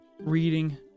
Reading